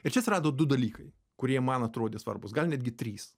ir čia atsirado du dalykai kurie man atrodė svarbūs gal netgi trys